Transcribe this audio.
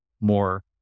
more